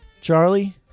Charlie